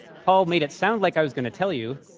paul made it sound like i was going to tell you.